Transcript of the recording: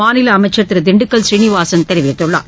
மாநில அமைச்சர்திரு திண்டுக்கல் சீனிவாசன் தெரிவித்துள்ளார்